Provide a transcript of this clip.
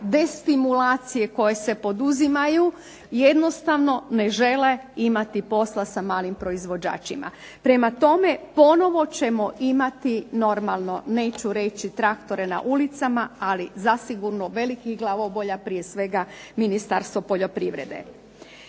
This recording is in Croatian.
destimulacije koje se poduzimaju jednostavno ne žele imati posla sa malim proizvođačima. Prema tome, ponovo ćemo imati neću reći traktore na ulicama, ali zasigurno velikih glavobolja prije svega Ministarstvo poljoprivrede.